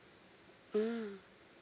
uh